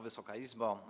Wysoka Izbo!